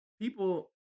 People